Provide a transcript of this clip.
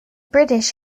british